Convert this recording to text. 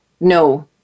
no